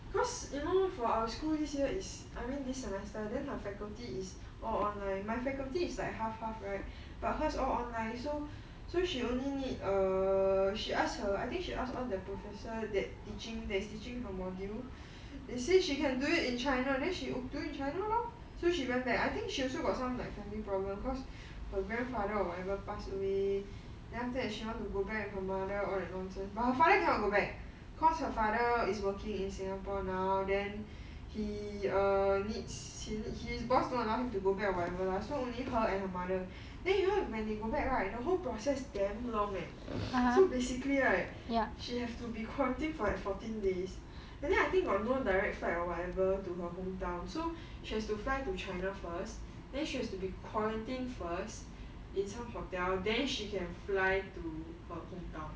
because you know for our school this year is I mean this semester then her faculty is all online my faculty is like half half right but her's all online so so she only need err she asked her I think she ask all the professor that teaching that is teaching her module they say she can do it in china then she do it in china lor so she went back I think she also got some like family problem because her grandfather or whatever pass away then after that she want to go back for murder all that nonsense but her father cannot go back caused her father is working in singapore now then he err needs 新 his boss not enough to go back or whatever so only her and her mother they you when you go back right the whole process damn long eh so basically right she have to be quarantine fourteen days and then I think got no direct flight or whatever to her hometown so she has to fly to china first then she has to be quarantined first in some hotel then she can fly to her hometown